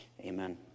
Amen